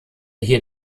hier